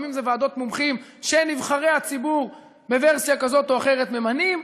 לפעמים זה ועדות מומחים שנבחרי הציבור בוורסיה כזאת או אחרת ממנים.